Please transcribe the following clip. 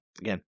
again